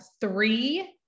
three